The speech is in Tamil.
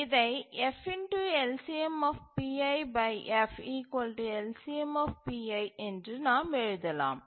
இதை f LCM f LCM என்று நாம் எழுதலாம்